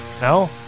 No